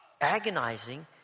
agonizing